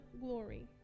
glory